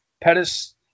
Pettis